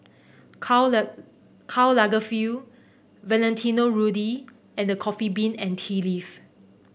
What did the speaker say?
Karl Karl Lagerfeld Valentino Rudy and The Coffee Bean and Tea Leaf